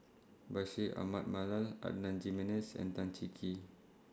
Bashir Ahmad Mallal Adan Jimenez and Tan Cheng Kee